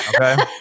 Okay